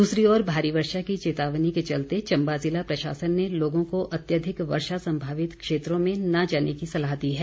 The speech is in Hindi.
दूसरी ओर भारी वर्षा की चेतावनी के चलते चंबा जिला प्रशासन ने लोगों को अत्यधिक वर्षा संभावित क्षेत्रों में न जाने की सलाह दी है